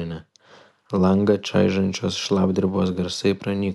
langą čaižančios šlapdribos garsai pranyko